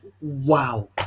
wow